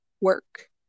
work